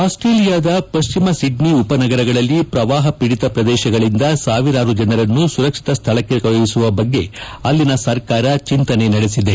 ಆಸ್ಟೇಲಿಯಾದ ಪಶ್ಚಿಮ ಸಿಡ್ನಿ ಉಪನಗರಗಳಲ್ಲಿ ಪ್ರವಾಹಖೀಡಿತ ಪ್ರದೇಶಗಳಿಂದ ಸಾವಿರಾರು ಜನರನ್ನು ಸುರಕ್ಷಿತ ಸ್ಥಳಕ್ಕೆ ಕಳುಹಿಸುವ ಬಗ್ಗೆ ಅಲ್ಲಿನ ಸರ್ಕಾರ ಚಿಂತನೆ ನಡೆಸಿದೆ